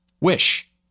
Wish